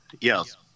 Yes